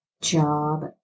job